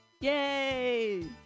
Yay